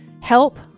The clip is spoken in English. Help